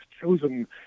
chosen